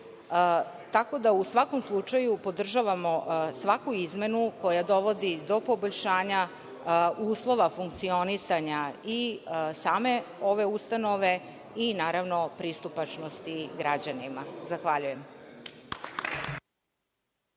da, u svakom slučaju podržavamo svaku izmenu koja dovodi do poboljšanja uslova funkcionisanja i same ove ustanove, naravno i pristupačnosti građanima. Hvala.